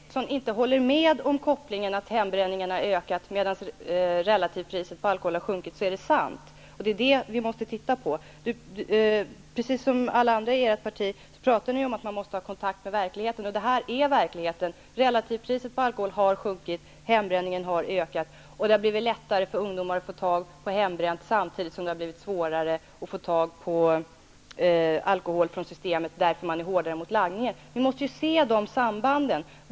Herr talman! Även om Dan Eriksson inte håller med om kopplingen att hembränningen har ökat, medan relativpriset på alkohol har sjunkit, är det sant. Det är det vi måste titta på. Precis som alla andra i ert parti pratar Dan Eriksson om att man måste ha kontakt med verkligheten. Detta är verkligheten. Relativpriset på alkohol har sjunkit. Hembränningen har ökat. Det har blivit lättare för ungdomar att få tag på hembränt samtidigt som det har blivit svårare att få tag på alkohol från Systemet, därför att man är hårdare emot langningen. Vi måst se de sambanden.